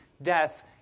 Death